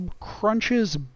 crunches